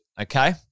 okay